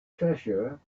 treasure